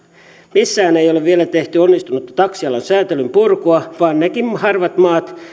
missään ei ei ole vielä tehty onnistunutta taksialan säätelyn purkua vaan nekin harvat maat